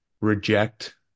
reject